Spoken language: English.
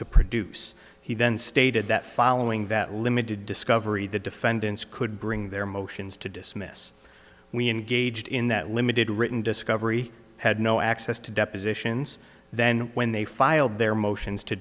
to produce he then stated that following that limited discovery the defendants could bring their motions to dismiss we engaged in that limited written discovery had no access to depositions then when they filed their motions to